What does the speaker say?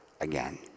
again